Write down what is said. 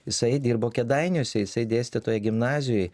jisai dirbo kėdainiuose jisai dėstė toje gimnazijoj